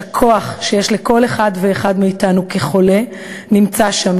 שהכוח שיש לכל אחד ואחד מאתנו כחולה נמצא שם,